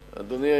אדוני.